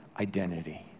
identity